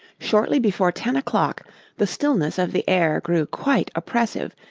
shortly before ten o'clock the stillness of the air grew quite oppressive,